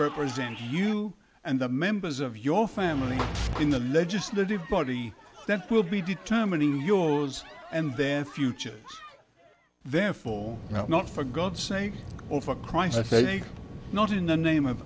represent you and the members of your family in the legislative body that will be determining yours and their future therefore not for god's sake of a crisis not in the name of